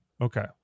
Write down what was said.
Okay